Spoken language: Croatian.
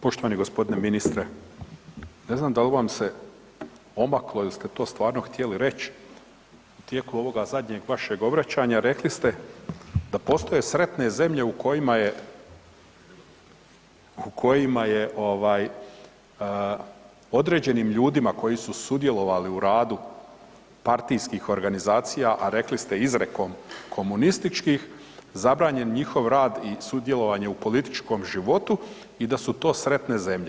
Poštovani gospodine ministre, ne znam da li vam se omaklo ili ste to stvarno htjeli reći u tijeku ovog vašeg zadnjeg obraćanja rekli ste da postoje sretne zemlje u kojima je određenim ljudima koji su sudjelovali u radu partijskih organizacija, a rekli ste izrekom komunističkih zabranjen njihov rad i sudjelovanje u političkom životu i da su to sretne zemlje.